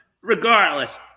regardless